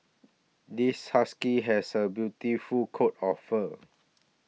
this husky has a beautiful coat of fur